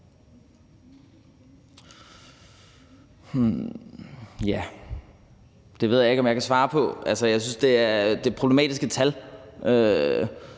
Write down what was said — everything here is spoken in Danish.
Det ved jeg ikke om jeg kan svare på. Jeg synes, at det er problematiske tal,